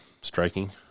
striking